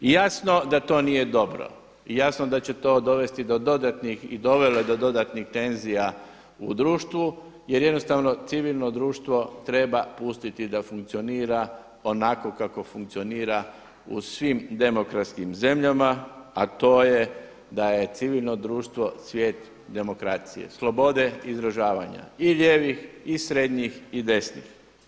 I jasno da to nije dobro i jasno da će to dovesti do dodatnih i dovelo je do dodatnih tenzija u društvu jer jednostavno civilno društvo treba pustiti da funkcionira onako kako funkcionira u svim demokratskim zemljama, a to je da je civilno društvo cvijet demokracije, slobode izražavanja i lijevih, i srednjih i desnih.